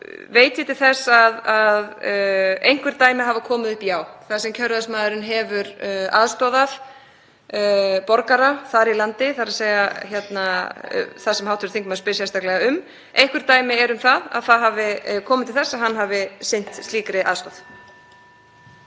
veit ég til þess að einhver dæmi hafa komið upp, já, þar sem kjörræðismaðurinn hefur aðstoðað borgara þar í landi, þ.e. það sem hv. þingmaður spyr sérstaklega um. Einhver dæmi eru um að það hafi komið til þess að hann hafi sinnt slíkri aðstoð.